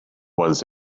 was